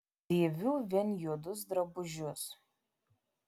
dėviu vien juodus drabužius